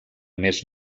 més